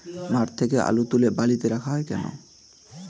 মাঠ থেকে আলু তুলে বালিতে রাখা হয় কেন?